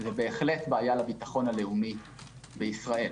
וזו בהחלט בעיה לביטחון הלאומי בישראל.